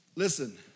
Listen